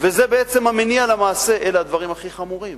וזה בעצם המניע למעשה, אלה הדברים הכי חמורים